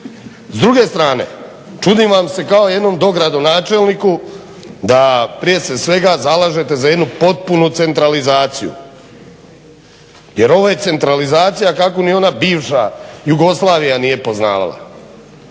S druge strane, čudim vam se kao jednom dogradonačelniku da se prije svega zalažete za jednu potpunu centralizaciju jer ovo je centralizacija kakvu ni ona bivša Jugoslavija nije poznavala.